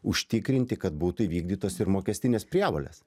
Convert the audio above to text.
užtikrinti kad būtų įvykdytos ir mokestinės prievolės